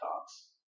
talks